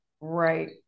Right